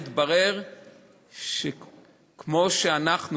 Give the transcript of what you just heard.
התברר שכמו שאנחנו,